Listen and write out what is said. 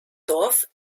dorf